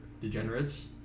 degenerates